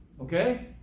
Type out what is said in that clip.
okay